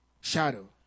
Shadow